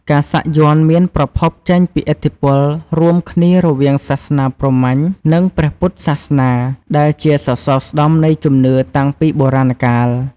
ការសាក់យ័ន្តមានប្រភពចេញពីឥទ្ធិពលរួមគ្នារវាងសាសនាព្រហ្មញ្ញ និងព្រះពុទ្ធសាសនា ដែលជាសសរស្តម្ភនៃជំនឿតាំងពីបុរាណកាល។